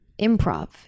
improv